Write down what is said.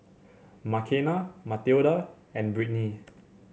Makena Mathilda and Britni